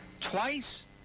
Twice